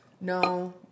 No